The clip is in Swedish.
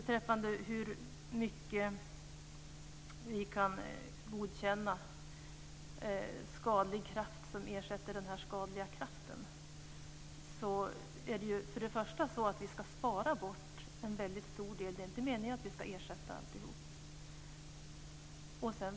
Frågan var hur mycket skador på miljön vi kan godkänna för att ersätta den här skadliga kraften. För det första ska vi spara bort en stor del. Det är inte meningen att vi ska ersätta allt.